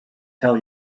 tell